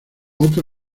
otra